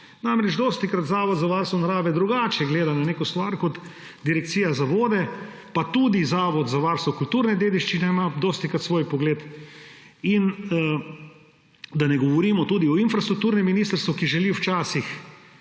Namreč, dostikrat Zavod za varstvo narave drugače gleda na neko stvar kot Direkcija za vode, pa tudi Zavod za varstvo kulturne dediščine ima dostikrat svoj pogled. Da ne govorimo tudi o infrastrukturnem ministrstvu, ki želi včasih